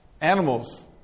animals